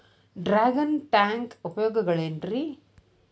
Dragon tank ಉಪಯೋಗಗಳೆನ್ರಿ?